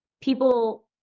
people